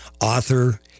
author